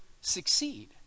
succeed